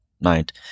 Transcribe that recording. night